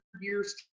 years